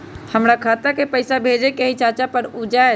हमरा खाता के पईसा भेजेए के हई चाचा पर ऊ जाएत?